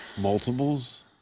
multiples